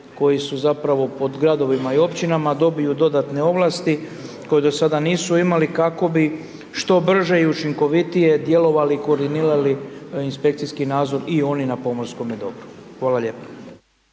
koji su zapravo pod gradovima i općinama, dobiju dodatne ovlasti koje do sada nisu imali kako bi što brže i učinkovitije djelovali i koordinirali inspekcijski nadzori i oni na pomorskome dobru. Hvala lijepo.